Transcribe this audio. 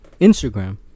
Instagram